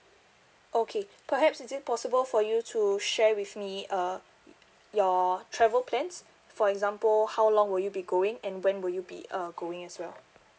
okay perhaps is it possible for you to share with me uh your travel plans for example how long will you be going and when will you be uh going as well